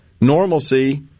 normalcy